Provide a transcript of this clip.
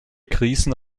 krisen